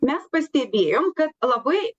mes pastebėjom kad labai